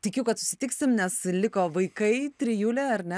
tikiu kad susitiksim nes liko vaikai trijulė ar ne